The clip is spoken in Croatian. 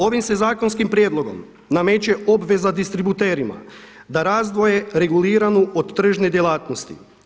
Ovim se zakonskim prijedlogom nameće obveza distributerima da razdvoje reguliranu od tržne djelatnosti.